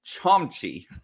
Chomchi